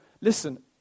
Listen